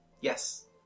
Yes